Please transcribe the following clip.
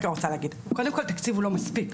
קודם כל תקציב הוא לא מספיק.